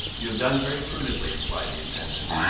you have done very prudently, replied the intendant,